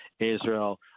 Israel